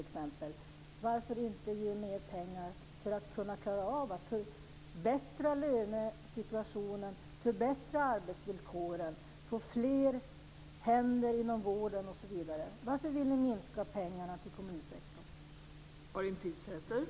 Varför ska det inte ges mer pengar för att man ska kunna klara av att förbättra lönesituationen, förbättra arbetsvillkoren, få fler händer inom vården osv? Varför vill ni minska pengarna till kommunsektorn?